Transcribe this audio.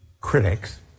critics